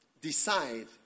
Decide